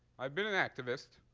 i've been an activist.